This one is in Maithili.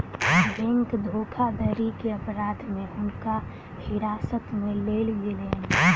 बैंक धोखाधड़ी के अपराध में हुनका हिरासत में लेल गेलैन